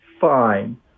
fine